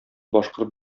башкорт